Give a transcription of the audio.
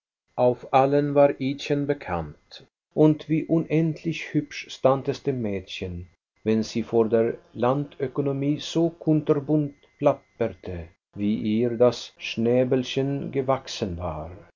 auf allen war idchen bekannt und wie unendlich hübsch stand es dem mädchen wenn sie von der landökonomie so kunterbunt plapperte wie ihr das schnäbelchen gewachsen war